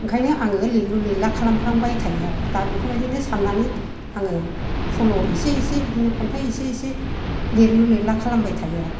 ओंखायनो आङो लिरलु लिरला खालामफ्लांबाय थायो आरो दा बेफोरबादिनो सान्नानै आङो सल' एसे एसे बिदिनो खन्थाइ एसे एसे लिरलु लिरला खालामबाय थायो आरो